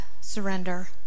surrender